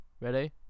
Ready